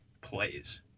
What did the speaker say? plays